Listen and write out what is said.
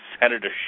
Senator